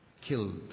Killed